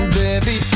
baby